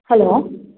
hello